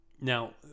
Now